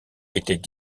étaient